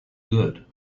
good